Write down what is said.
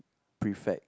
prefect